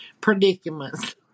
predicaments